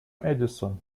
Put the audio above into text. addison